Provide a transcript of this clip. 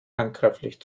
handgreiflich